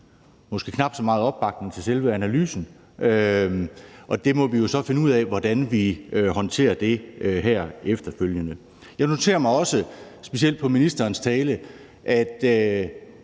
måske knap så meget opbakning til selve analysen, og det må vi jo så finde ud af hvordan vi håndterer her efterfølgende. Jeg noterer mig også, specielt ud fra ministerens tale, at